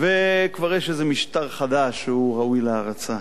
וכבר יש איזה משטר חדש שהוא ראוי להערצה.